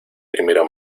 primero